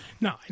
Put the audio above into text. no